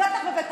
ובטח ובטח,